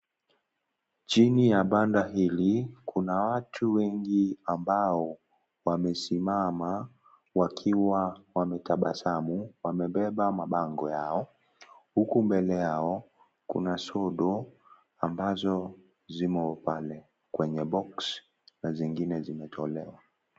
Chini ya banda hili, kuna watu wengi ambao wamesimama wakiwa wametabasamu, wamebeba mabango yao, huku mbele yao, kuna sodo ambazo zimo pale kwenye box na zingine zimetolewa.